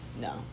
No